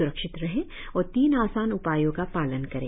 स्रक्षित रहें और तीन आसान उपायों का पालन करें